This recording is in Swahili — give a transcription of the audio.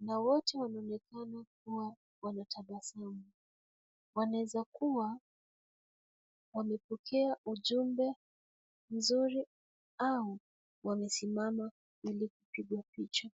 na wote wanaonekana kuwa wanatabasamu. Wanaweza kuwa wamepokea ujumbe mzuri au wamesimama ili kupigwa picha.